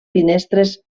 finestres